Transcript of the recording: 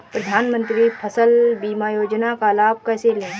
प्रधानमंत्री फसल बीमा योजना का लाभ कैसे लें?